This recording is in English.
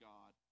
God